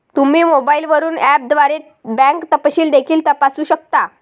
तुम्ही मोबाईलवरून ऍपद्वारे बँक तपशील देखील तपासू शकता